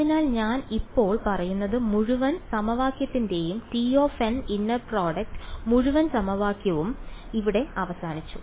അതിനാൽ ഞാൻ ഇപ്പോൾ പറയുന്നത് മുഴുവൻ സമവാക്യത്തിന്റെയും tm ഇന്നർ പ്രോഡക്ട് മുഴുവൻ സമവാക്യവും ഇവിടെ അവസാനിച്ചു